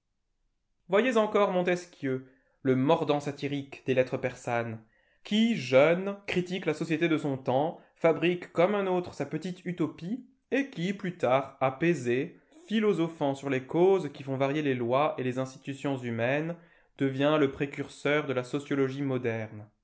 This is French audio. voyez encore montesquieu le mordant satirique des lettres persanes qui jeune critique la société de son temps fabrique comme un autre sa petite utopie et qui plus tard apaisé philosophant sur les causes qui font varier les lois et les institutions humaines devient le précurseur de la sociologie moderne